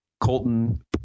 Colton